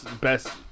best